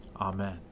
Amen